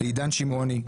לעידן שמעוני,